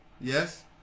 Yes